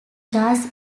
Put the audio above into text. jazz